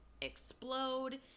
explode